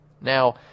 Now